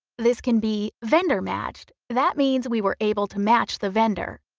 this can be vendor matched. that means we were able to match the vendor.